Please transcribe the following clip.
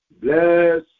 Bless